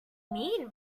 mean